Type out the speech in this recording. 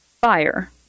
fire